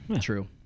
True